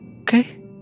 Okay